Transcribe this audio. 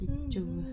macam